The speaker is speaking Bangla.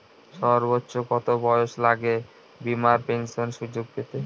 সর্বোচ্চ কত বয়স লাগে বীমার পেনশন সুযোগ পেতে?